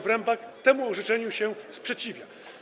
Wyrembak temu orzeczeniu się sprzeciwia.